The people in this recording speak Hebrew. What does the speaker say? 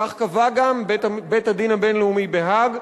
כך קבע גם בית-הדין הבין-הלאומי בהאג.